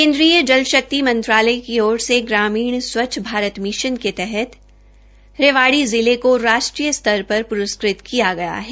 केन्द्रीय जल शक्ति मंत्रालय की ओर से ग्रामीण स्वच्छ भारत मिशन के तहत रेवाड़ी जिला को राष्ट्रीय स्तर पर प्रस्कृत किया गया है